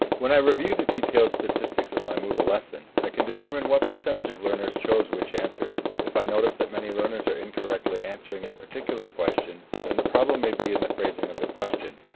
when i review the detailed statistics of my moodle lesson, i can determine what percentage of learners chose which answers. if i notice that many learners are incorrectly answering a particular question then the problem may be in the phrasing of the question.